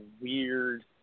weird